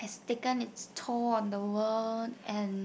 taken its toll on the world and